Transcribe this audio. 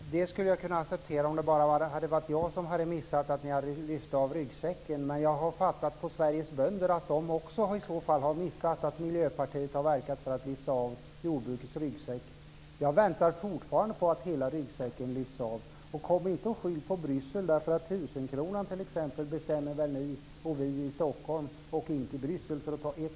Herr talman! Jag skulle ha kunnat acceptera detta om det bara var jag som hade missat att ni hade lyft av ryggsäcken. Men jag har förstått på Sveriges bönder att de också har missat att Miljöpartiet har verkat för att lyfta av jordbrukets ryggsäck. Jag väntar fortfarande på att hela ryggsäcken ska lyftas av. Kom inte och skyll på Bryssel. Tusenkronorsgränsen t.ex., bestämmer vi väl över i Stockholm - inte Bryssel.